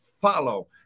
follow